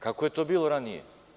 Kako je to bilo ranije?